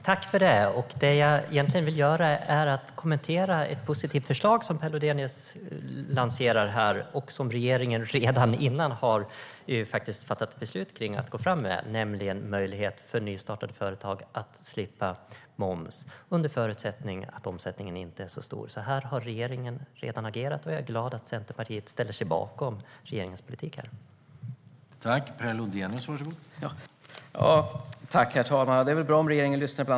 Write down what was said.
Herr talman! Per Lodenius lanserar här ett positivt förslag som regeringen redan har fattat beslut om att lägga fram, nämligen möjligheten för nystartade företag att slippa moms under förutsättningen att omsättningen inte är så stor. Här har regeringen alltså redan agerat, och jag är glad att Centerpartiet ställer sig bakom regeringens politik i detta.